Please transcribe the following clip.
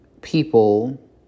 people